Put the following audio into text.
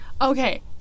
Okay